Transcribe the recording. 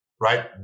right